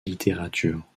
littérature